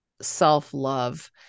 self-love